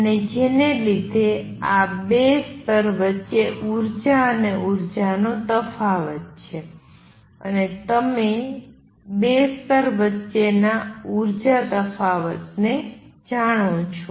અને જેને લીધે આ ૨ સ્તર વચ્ચે ઉર્જા અને ઉર્જાનો તફાવત છે અને તમે ૨ સ્તર વચ્ચેના ઉર્જા તફાવતને જાણો છો